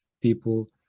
people